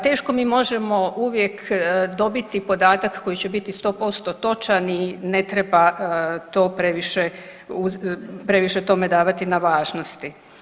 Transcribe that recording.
Teško mi možemo uvijek dobiti podatak koji će biti sto posto točan i ne treba to previše tome davati na važnosti.